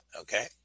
Okay